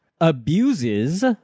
Abuses